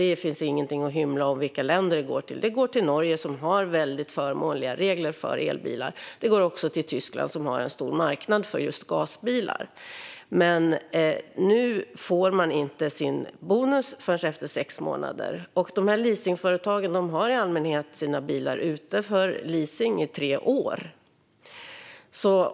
Det finns ingen anledning att hymla om detta. De går till Norge, som har väldigt förmånliga regler för elbilar, och till Tyskland, som har en stor marknad för gasbilar. Nu får man alltså inte sin bonus förrän efter sex månader. Leasingföretagen har i allmänhet sina bilar ute för leasing i tre år.